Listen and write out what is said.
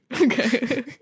Okay